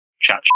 chat